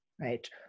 right